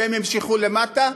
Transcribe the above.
והם ימשכו מלמטה.